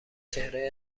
چهره